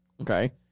Okay